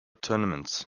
tournaments